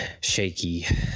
shaky